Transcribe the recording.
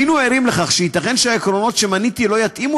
היינו ערים לכך שייתכן שהעקרונות שמניתי לא יתאימו